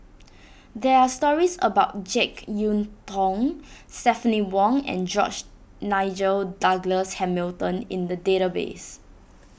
there are stories about Jek Yeun Thong Stephanie Wong and George Nigel Douglas Hamilton in the database